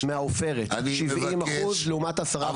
מהעופרת, 70% לעומת 10% מבוגרים.